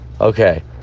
Okay